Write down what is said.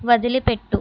వదిలిపెట్టు